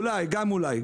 אולי, גם אולי.